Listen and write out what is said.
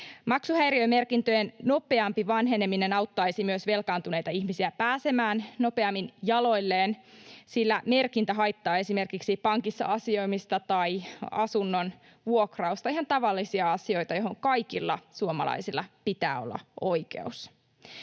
maksuhäiriömerkintöjen nopeampi vanheneminen auttaisi velkaantuneita ihmisiä pääsemään nopeammin jaloilleen, sillä merkintä haittaa esimerkiksi pankissa asioimista tai asunnon vuokrausta — ihan tavallisia asioita, joihin kaikilla suomalaisilla pitää olla oikeus.